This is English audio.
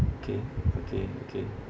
okay okay okay